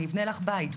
אני אבנה לך בית,